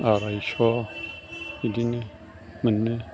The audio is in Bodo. आराइस' बिदिनो मोनो